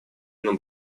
нам